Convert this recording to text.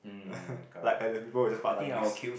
like like the people who just part timers